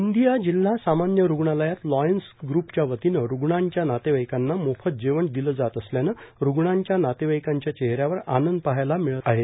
गोंदिया जिल्हा सामान्य रुग्णालयात लॉयन्स ग्रुपच्या वतीनं रुग्णांच्या नातेवाइकांना मोफत जेवण दिलं जात असल्यानं रुग्णांच्या नातेवाईकांच्या चेहऱ्यावर आनंद पाहायला मिळत आहे